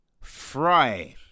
Fry